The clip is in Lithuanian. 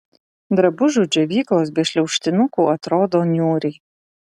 drabužių džiovyklos be šliaužtinukų atrodo niūriai